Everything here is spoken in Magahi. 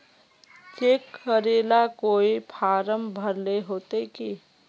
चेक करेला कोई फारम भरेले होते की?